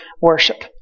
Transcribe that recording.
worship